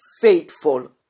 faithful